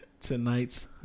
tonight's